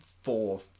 Four